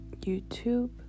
YouTube